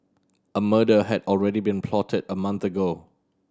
a murder had already been plotted a month ago